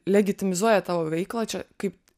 legitimizuoja tavo veiklą čia kaip